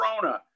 corona